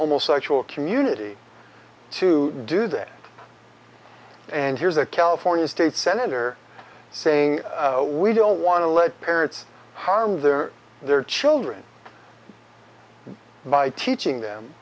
homosexual community to do that and here's a california state senator saying we don't want to let parents harm their their children by teaching them